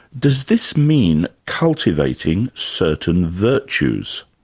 does this mean cultivating certain virtues?